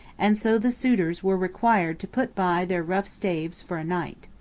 and so the suitors were required to put by their rough staves for a night.